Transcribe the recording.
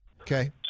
Okay